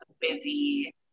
busy